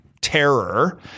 terror